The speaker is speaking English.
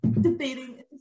debating